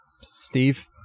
Steve